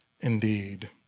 indeed